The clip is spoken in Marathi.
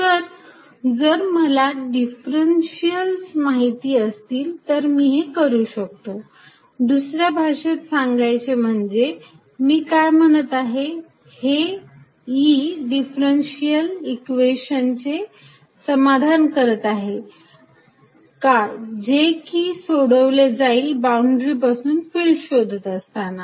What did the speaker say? तर जर मला डिफरंशिअल्स माहिती असतील तर मी हे करू शकतो दुसऱ्या भाषेत सांगायचे म्हणजे मी काय म्हणत आहे हे E डिफरंशिअल इक्वेशनचे समाधान करत आहे का जे की सोडवले जाईल बाउंड्री पासून फिल्ड शोधत असताना